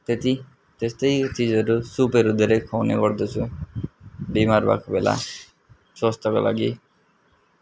त्यति त्यस्तै चिजहरू सुपहरू धेरै खुवाउने गर्दछु बिमार भएको बेला स्वास्थ्यको लागि